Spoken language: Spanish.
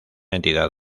entidad